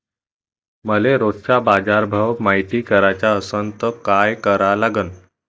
मले रोजचा बाजारभव मायती कराचा असन त काय करा लागन?